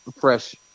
fresh